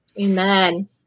Amen